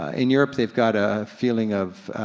in europe they've got a feeling of,